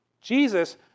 Jesus